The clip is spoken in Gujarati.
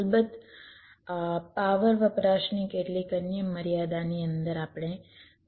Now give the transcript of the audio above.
અલબત્ત પાવર વપરાશની કેટલીક અન્ય મર્યાદાની અંદર આપણે પછીથી તે વિશે વાત કરીશું